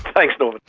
thanks norman.